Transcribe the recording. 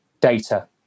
data